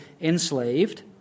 enslaved